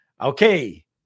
okay